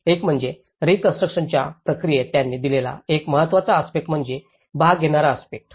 एक म्हणजे रीकॉन्स्ट्रुकशनच्या प्रक्रियेत त्यांनी दिलेला एक महत्त्वाचा आस्पेक्टस म्हणजे भाग घेणारा आस्पेक्टस